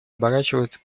оборачиваться